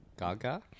Gaga